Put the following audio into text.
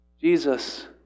Jesus